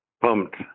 pumped